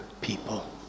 people